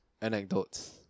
Anecdotes